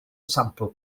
sampl